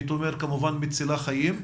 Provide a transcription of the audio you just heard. הייתי אומר כמובן מצילה חיים.